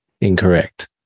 incorrect